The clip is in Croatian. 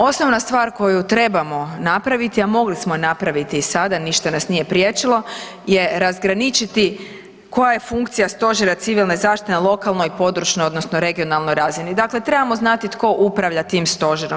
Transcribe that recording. Osnovna stvar koju trebamo napraviti, a mogli smo ju napraviti sada, ništa nas nije priječilo je razgraničiti koja je funkcija Stožera civilne zaštite na lokalnoj područnoj odnosno regionalnoj razini, dakle trebamo znati tko upravlja tim stožerom.